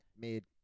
mid